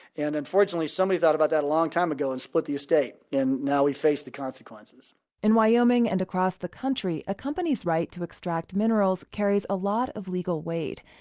and unfortunately somebody thought about that a long time ago and split the estate. and now we face the consequences in wyoming and across the country a company's right to extract minerals carries a lot of legal weight.